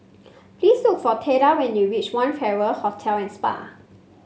please look for Theda when you reach One Farrer Hotel and Spa